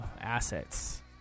assets